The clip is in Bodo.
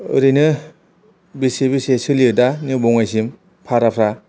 ओरैनो बेसे बेसे सोलियो दा निउ बङाइसिम भाराफ्रा